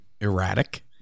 erratic